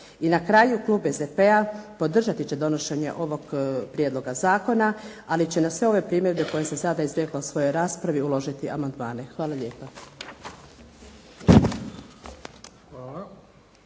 I na kraju klub SDP-a podržati će donošenje ovog prijedloga zakona, ali će na sve ove primjedbe koje sam sada izrekla u svojoj raspravi uložiti amandmane. Hvala lijepa.